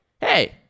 hey